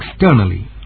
externally